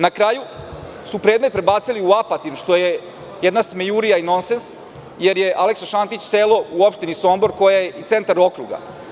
Na kraju su predmet prebacili u Apatin, što je jedna smejurija i nonsens, jer je Aleksa Šantić selo u opštini Sombor, koje je i centar okruga.